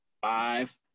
five